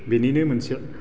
बेनिनो मोनसे